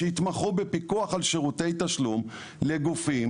שהתמחו בפיקוח על שירותי תשלום לגופים